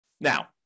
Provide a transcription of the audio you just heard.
Now